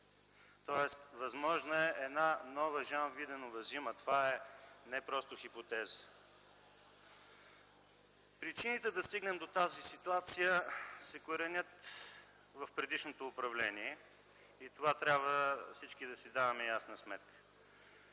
тоест възможна е една нова Жанвиденова зима. Това е не просто хипотеза. Причините да стигнем до тази ситуация се коренят в предишното управление, и за това трябва всички да си даваме ясна сметка.